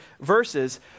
verses